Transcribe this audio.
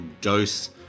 dose